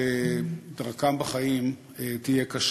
שדרכם בחיים תהיה קשה.